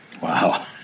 Wow